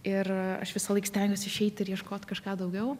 ir aš visąlaik stengiuos išeit ir ieškot kažką daugiau